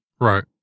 Right